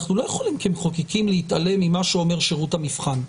אנחנו לא יכולים כמחוקקים להתעלם ממה שאומר שירות המבחן.